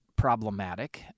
Problematic